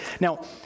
Now